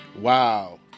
Wow